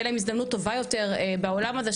ושתהיה להם הזדמנות טובה יותר בעולם הזה,